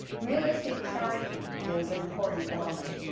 realistic charging is an important element.